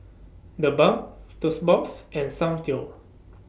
TheBalm Toast Box and Soundteoh